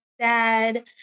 dad